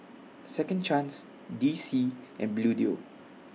Second Chance D C and Bluedio